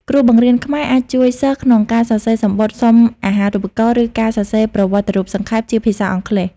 គ្រូបង្រៀនខ្មែរអាចជួយសិស្សក្នុងការសរសេរសំបុត្រសុំអាហារូបករណ៍ ឬការសរសេរប្រវត្តិរូបសង្ខេបជាភាសាអង់គ្លេស។